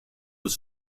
was